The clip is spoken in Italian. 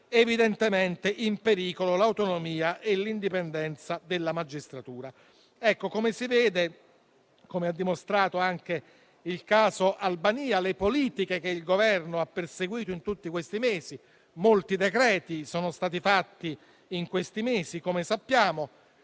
evidentemente in pericolo l'autonomia e l'indipendenza della magistratura. Come si vede - come ha dimostrato anche il caso Albania - le politiche che il Governo ha perseguito in tutti questi mesi - molti decreti-legge sono stati varati in questi mesi, come sappiamo